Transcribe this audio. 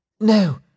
No